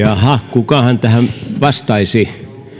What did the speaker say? kukahan tähän vastaisi